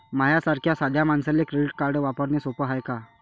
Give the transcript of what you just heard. माह्या सारख्या साध्या मानसाले क्रेडिट कार्ड वापरने सोपं हाय का?